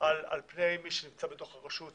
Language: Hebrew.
על פני מי שנמצא בתוך הרשות,